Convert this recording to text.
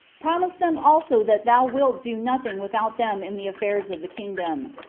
promise them also that thou wilt do nothing without them in the affairs of the kingdom.